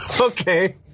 Okay